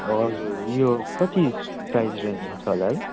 हजुर यो कति प्राइस रेञ्जमा छ होला है